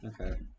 Okay